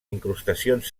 incrustacions